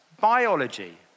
biology